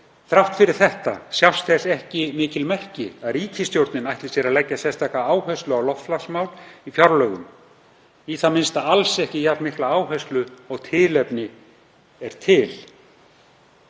Þrátt fyrir þetta sjást þess ekki merki að ríkisstjórnin ætli sér að leggja sérstaka áherslu á loftslagsmál í fjárlögum, í það minnsta alls ekki jafn mikla áherslu og tilefni er til.